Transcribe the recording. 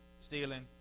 stealing